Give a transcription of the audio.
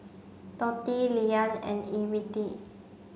Dotty Leeann and Evette